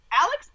Alex